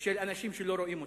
של אנשים שלא רואים אותם.